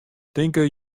tinke